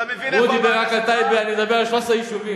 הוא דיבר רק על טייבה, אני אדבר על 13 יישובים.